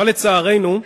אבל, לצערנו,